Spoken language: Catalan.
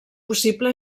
possible